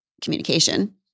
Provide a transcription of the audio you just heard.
communication